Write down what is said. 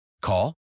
Call